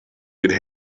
could